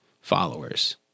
followers